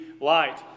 Light